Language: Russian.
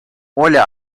оля